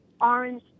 orange